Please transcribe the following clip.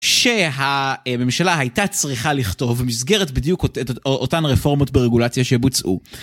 שהממשלה הייתה צריכה לכתוב במסגרת בדיוק אותן רפורמות ברגולציה שבוצעו.